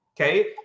okay